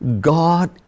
God